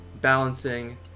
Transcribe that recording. balancing